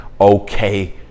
okay